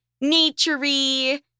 nature-y